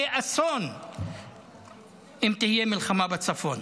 יהיה אסון אם תהיה מלחמה בצפון.